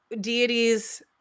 deities